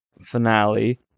finale